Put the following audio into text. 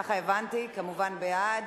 ככה הבנתי, כמובן בעד.